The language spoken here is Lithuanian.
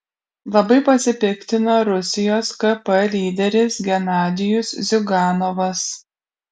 labai pasipiktino rusijos kp lyderis genadijus ziuganovas